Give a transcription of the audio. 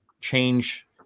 change